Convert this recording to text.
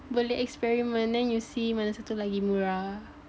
boleh experiment then you see mana satu lagi murah